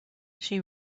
she